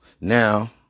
now